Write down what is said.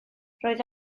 roedd